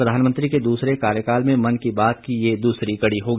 प्रधानमंत्री के दूसरे कार्यकाल में मन की बात की ये दूसरी कड़ी होगी